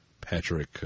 Patrick